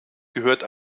gehört